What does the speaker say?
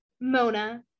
Mona